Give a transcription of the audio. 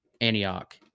Antioch